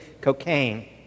cocaine